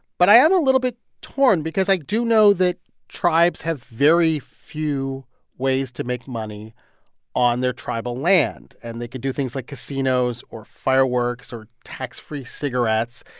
but i am a little bit torn because i do know that tribes have very few ways to make money on their tribal land, and they could do things like casinos or fireworks or tax-free cigarettes.